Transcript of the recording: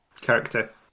character